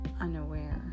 unaware